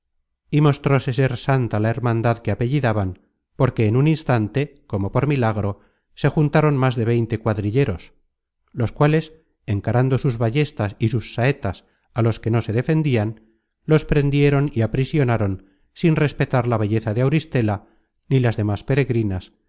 y mostróse ser santa la hermandad que apellidaban porque en un instante como por milagro se juntaron más de veinte cuadrilleros los cuales encarando sus ballestas y sus saetas á los que no se defendian los prendieron y aprisionaron sin respetar la belleza de auristela ni las demas peregrinas